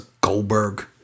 Goldberg